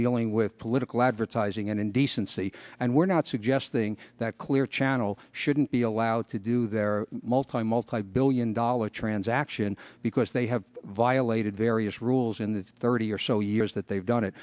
dealing with political advertising and indecency and we're not suggesting that clear channel shouldn't be allowed to do their multilingual tie billion dollar transaction because they have violated various rules in the thirty or so years that they've done it